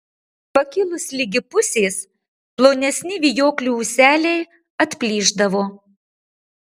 pakilus ligi pusės plonesni vijoklių ūseliai atplyšdavo